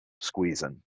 squeezing